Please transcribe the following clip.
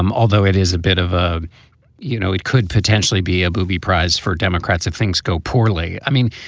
um although it is a bit of a you know, it could potentially be a booby prize for democrats if things go poorly. i mean,